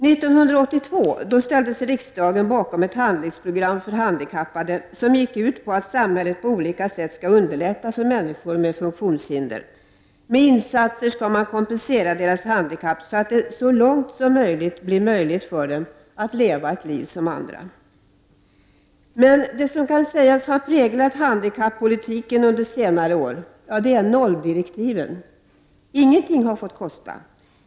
1982 ställde sig riksdagen bakom ett handlingsprogram för handikappade som gick ut på att samhället på olika sätt skall underlätta för människor med funktionshinder. Med insatser skall man kompensera deras handikapp så att de så långt som det är möjligt kan leva ett liv som andra. Det som kan sägas ha präglat handikappolitiken under senare år är ”nolldirektiven”. Ingenting har fått kosta.